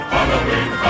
Halloween